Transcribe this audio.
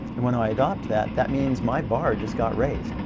and when i adopt that that means my bar just got raised.